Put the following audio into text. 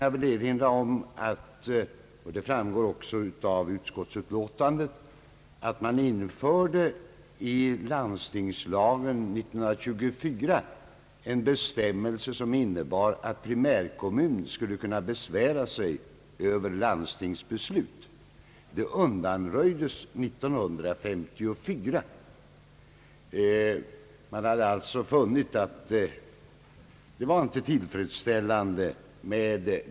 Såsom framgår av utskottsutlåtandet infördes år 1924 i landstingslagen en bestämmelse som innebar att primärkommun skulle kunna besvära sig över landstingsbeslut. Den undanröjdes år 1954. Man hade funnit att denna ordning inte var tillfredsställande.